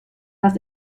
das